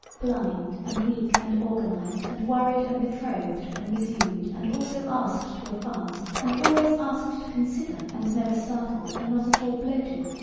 blind and weak and organised and worried and betrothed and resumed and also asked to a fast and always asked to consider and never startled and not at all bloated,